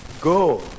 Go